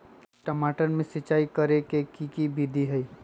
टमाटर में सिचाई करे के की विधि हई?